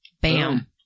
Bam